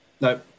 No